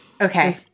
Okay